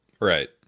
Right